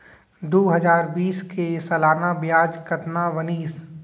दू हजार बीस के सालाना ब्याज कतना बनिस?